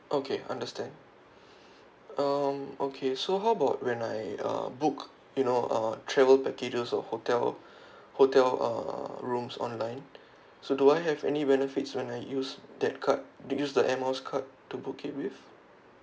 okay understand um okay so how about when I uh book you know uh travel packages or hotel hotel uh rooms online so do I have any benefits when I use that card use the air miles card to book it with